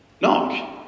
knock